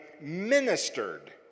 ministered